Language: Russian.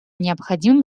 необходимым